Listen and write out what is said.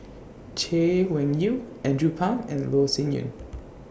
Chay Weng Yew Andrew Phang and Loh Sin Yun